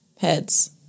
Heads